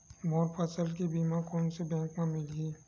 मोर फसल के बीमा कोन से बैंक म मिलही?